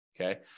Okay